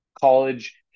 college